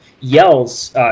yells